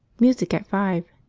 music at five.